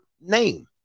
name